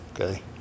okay